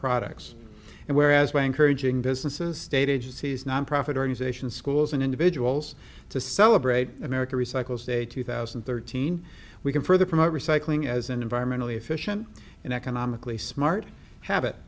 products and whereas we encouraging businesses state agencies nonprofit organizations schools and individuals to celebrate america recycles day two thousand and thirteen we can further promote recycling as an environmentally efficient and economically smart habit